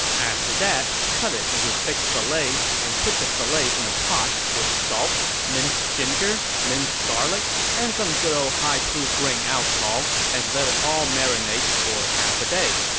after that, cut it into thick fillets, and put the fillets in a pot with salt, minced ginger, minced garlic, and some good ol' high-proof grain alcohol and let it all marinate for half a day.